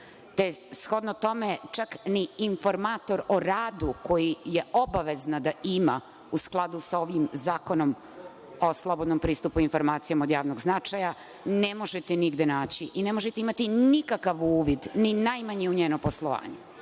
te shodno tome čak ni informator o radu koji je obavezna da ima u skladu sa Zakonom o slobodnom pristupu informacijama od javnog značaja. Ne možete nigde naći i ne možete imati nikakav uvid ni najmanji u njeno poslovanje. Vrlo